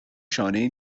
شانهای